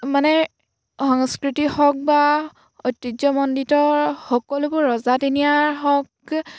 মানে সংস্কৃতি হওক বা ঐতিহ্যমণ্ডিত সকলোবোৰ ৰজা দিনীয়াৰ হওক